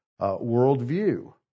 worldview